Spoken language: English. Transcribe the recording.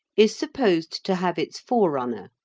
is supposed to have its forerunner.